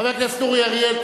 חבר הכנסת אורי אריאל,